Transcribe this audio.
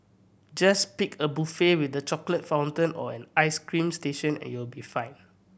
just pick a buffet with the chocolate fountain or an ice cream station and you'll be fine